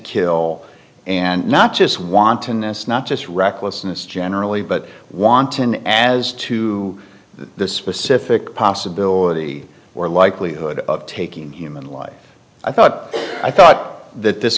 kill and not just want and it's not just recklessness generally but wanton as to the specific possibility or likelihood of taking human life i thought i thought that this